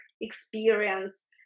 experience